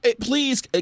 please